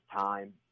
time